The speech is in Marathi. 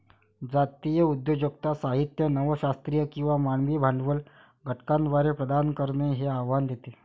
जातीय उद्योजकता साहित्य नव शास्त्रीय किंवा मानवी भांडवल घटकांद्वारे प्रदान करणे हे आव्हान देते